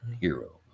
hero